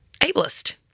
ableist